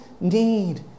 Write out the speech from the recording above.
need